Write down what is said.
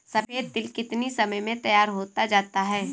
सफेद तिल कितनी समय में तैयार होता जाता है?